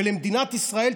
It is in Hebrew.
ולמדינת ישראל,